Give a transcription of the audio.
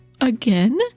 again